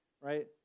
right